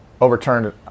overturned